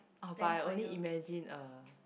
oh but I only imagine er